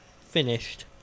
finished